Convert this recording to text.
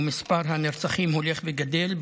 ומספר הנרצחים הולך וגדל.